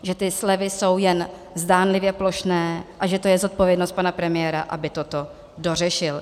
Že ty slevy jsou jen zdánlivě plošné a že to je zodpovědnost pana premiéra, aby toto dořešil.